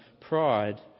pride